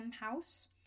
House